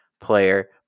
player